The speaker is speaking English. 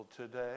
today